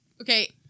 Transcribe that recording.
okay